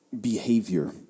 behavior